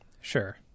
sure